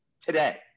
today